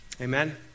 Amen